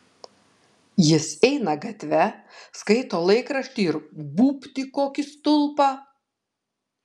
jis eina gatve skaito laikraštį ir būbt į kokį stulpą